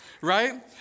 Right